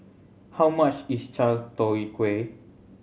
how much is chai tow kway